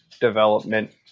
development